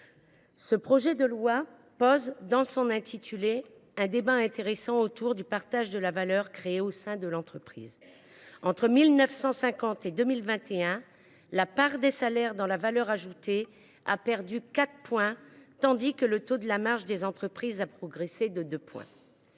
projet de loi ouvre, par son intitulé, un débat intéressant autour du partage de la valeur créée au sein de l’entreprise. Entre 1950 et 2021, la part des salaires dans la valeur ajoutée a perdu quatre points, tandis que le taux de marge des entreprises a progressé de deux points.